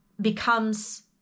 becomes